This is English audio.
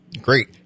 Great